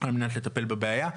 על מנת לטפל בבעיה.